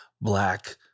black